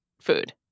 food